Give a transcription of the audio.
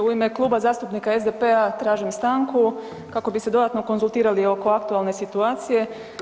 U ime Kluba zastupnika SDP-a tražim stanku kako bi se dodatno konzultirali oko aktualne situacije.